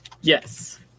Yes